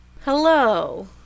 Hello